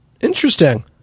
Interesting